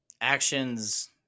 actions